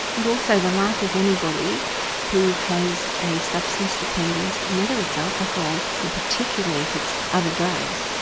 but also the life of anybody who has a substance dependence, and whether it's alcohol or particularly if it's other drugs,